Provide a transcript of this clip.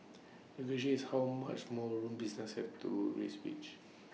the question is how much more room businesses have to raise wages